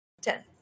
Ten